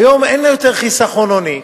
היום אין יותר חיסכון הוני,